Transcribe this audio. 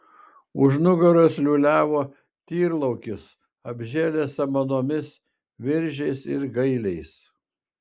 už nugaros liūliavo tyrlaukis apžėlęs samanomis viržiais ir gailiais